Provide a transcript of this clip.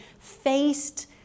faced